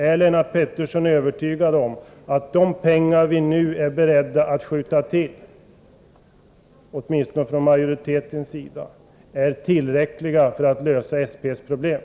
Är Lennart Pettersson övertygad om att de pengar som utskottsmajoriteten nu är beredd att skjuta till är tillräckliga för att lösa SP:s problem?